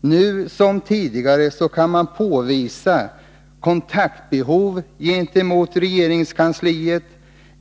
Nu som tidigare kan man påvisa behov av kontakter med regeringskansliet